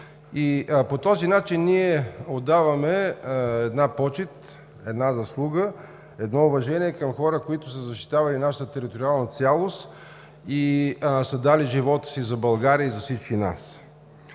По този начин ние отдаваме почит, заслуга, уважение към хора, които са защитавали нашата териториална цялост и са дали живота си за България и за всички нас.